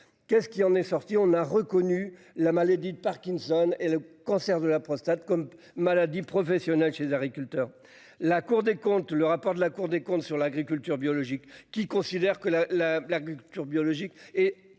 Qu'est-ce qui en est sorti, on a reconnu la maladie de Parkinson et le cancer de la prostate comme maladie professionnelle chez les agriculteurs. La Cour des comptes. Le rapport de la Cour des comptes sur l'agriculture biologique qui considère que la la l'agriculture biologique et